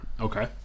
okay